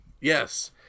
Yes